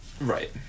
Right